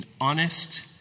honest